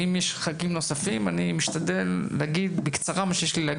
אם יש ח"כים נוספים אני משתדל להגיד בקצרה את מה שיש לי.